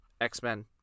X-Men